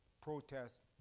protest